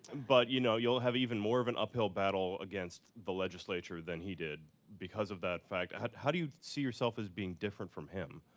but, you know, you'll have even more of an uphill battle against the legislature than he did because of that fact. how do you see yourself as being different from him?